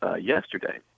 Yesterday